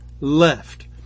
left